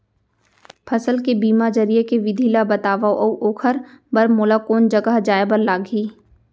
फसल के बीमा जरिए के विधि ला बतावव अऊ ओखर बर मोला कोन जगह जाए बर लागही?